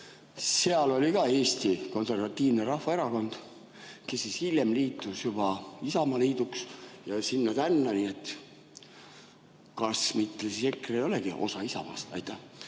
seal oli ka Eesti Konservatiivne Rahvaerakond, kes siis hiljem liitus juba Isamaaliiduks ja sinna-tänna. Kas mitte siis EKRE ei olegi osa Isamaast? Aitäh!